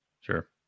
Sure